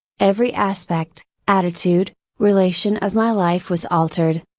every aspect, attitude, relation of my life was altered.